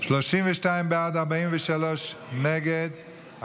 32 בעד, 43 נגד.